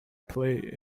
play